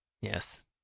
Yes